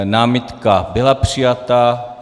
Námitka byla přijata.